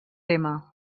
tema